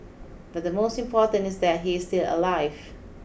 but the most important is that he is still alive